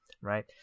Right